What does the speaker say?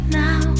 now